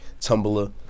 Tumblr